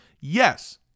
Yes